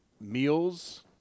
meals